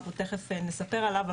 אנחנו תיכף נספר עליו,